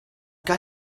got